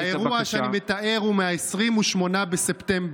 האירוע שאני מתאר הוא מ-28 בספטמבר,